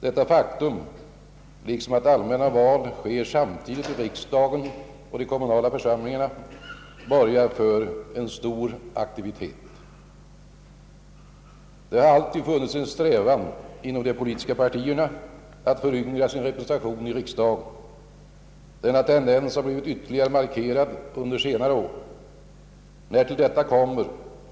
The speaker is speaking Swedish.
Detta faktum liksom att allmänna val sker samtidigt till riksdag och kommunala församlingar borgar för en stor aktivitet. Inom de politiska partierna har all tid funnits en strävan att föryngra sin representation i riksdagen. Denna tendens har blivit ytterligare markerad under senare år.